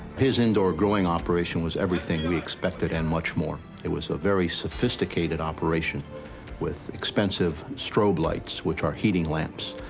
his indoor growing operation was everything we expected, and much more. it was a very sophisticated operation with expensive strobe lights, which are heating lamps,